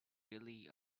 really